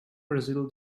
brazil